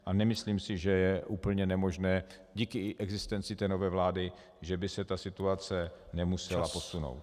A nemyslím si, že je úplně nemožné i díky existenci té nové vlády, že by se ta situace nemusela posunout.